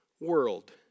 world